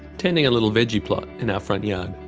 tending a little veggie plot in our front yard.